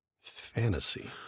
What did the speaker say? fantasy